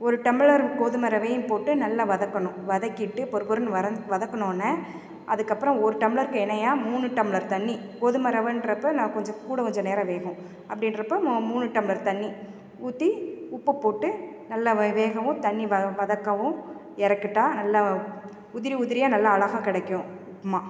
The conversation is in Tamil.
ஒரு டம்ளர் கோதுமை ரவையும் போட்டு நல்லா வதக்கணும் வதக்கிட்டு பொறுபொறுனு வரந் வதக்கின உன்னே அதுக்கப்புறோம் ஒரு டம்ளர்க்கு இணையாக மூணு டம்ளர் தண்ணி கோதுமை ரவன்றப்ப நான் கொஞ்சம் கூட கொஞ்சம் நேரம் வேகும் அப்படின்ற அப்போ மு மூணு டம்ளர் தண்ணிர் ஊற்றி உப்பு போட்டு நல்லா வை வேகவும் தண்ணிர் வ வதக்கவும் இறக்கிட்டா நல்லா உதிரி உதிரியாக நல்லா அழகாக கிடைக்கும் உப்புமா